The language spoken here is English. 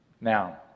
Now